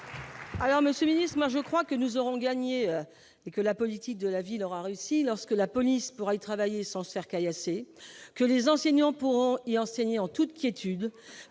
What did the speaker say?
Alors Monsieur Luis, moi je crois que nous aurons gagné et que la politique de la ville aura réussi lorsque la police pour aller travailler sans cercueil, c'est que les enseignants pourront et enseignants toute qui étude